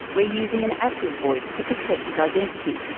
we're using an actor's voice to protect his identity.